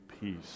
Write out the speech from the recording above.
peace